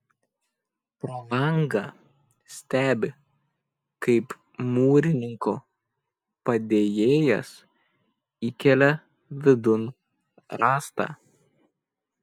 pro langą stebi kaip mūrininko padėjėjas įkelia vidun rąstą